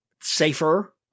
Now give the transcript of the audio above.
safer